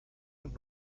und